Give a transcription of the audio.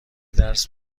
درس